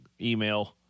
email